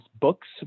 books